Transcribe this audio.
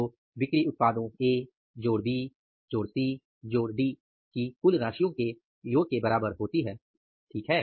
तो बिक्री उत्पादों ए जोड़ बी जोड़ सी जोड़ डी की कुल राशियों के योग के बराबर होती है ठीक है